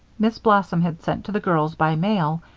miss blossom had sent to the girls, by mail,